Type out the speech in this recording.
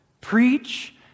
preach